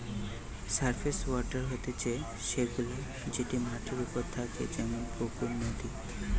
surface water হতিছে সে গুলা যেটি মাটির ওপরে থাকে যেমন পুকুর, নদী